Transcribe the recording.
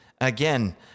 again